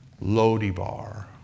Lodibar